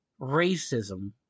racism